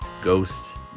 Ghosts